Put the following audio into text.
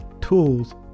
tools